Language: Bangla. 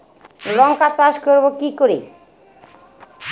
লঙ্কা চাষ করব কি করে?